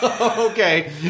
Okay